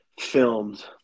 filmed